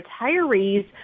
retirees